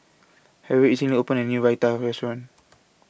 Harriett recently opened A New Raita Restaurant